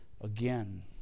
again